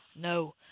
no